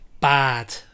bad